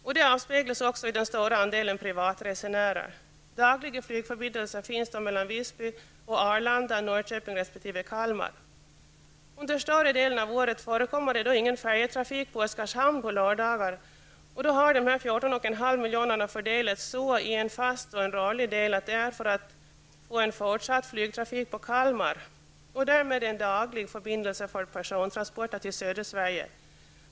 Detta avspeglas också i den stora andelen ”privatresenärer”. Dagliga flygförbindelser finns mellan Visby och Arlanda samt mellan Visby och Norrköping resp. Kalmar. Under större delen av året förekommer på lördagar ingen färjetrafik på Oskarshamn. De 14,5 miljonerna fördelas i en fast och en rörlig del för en fortsatt flygtrafik på Kalmar och därmed en daglig förbindelse för persontransporter till södra Sverige.